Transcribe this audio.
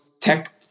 tech